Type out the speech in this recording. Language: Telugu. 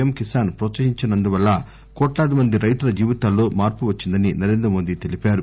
ఎమ్ కిసాస్ ప్రోత్సహించినందు వల్ల కోట్లాది మంది రైతుల జీవితాల్లో మార్పు వచ్చిందని నరేంద్ర మోదీ తెలిపారు